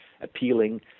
appealing